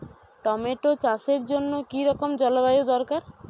Tomato চাষের জন্য কি রকম জলবায়ু দরকার?